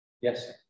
Yes